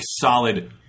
solid